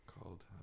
called